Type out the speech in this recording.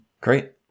Great